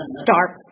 start